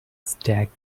stacked